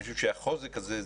אני חושב שהחוזק הזה,